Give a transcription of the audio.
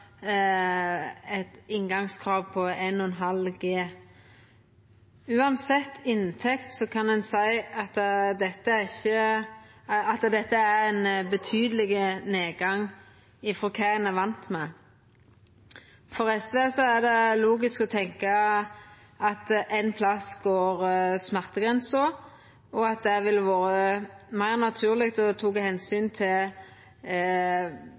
eit inngangskrav på 1,5G. Uansett inntekt kan ein seia at dette er ein betydeleg nedgang frå kva ein er van med. For SV er det logisk å tenkja at ein plass går smertegrensa, og at det ville vore meir naturleg å ha teke omsyn til